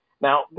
Now